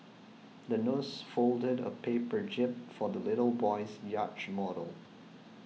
the nurse folded a paper jib for the little boy's yacht model